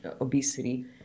obesity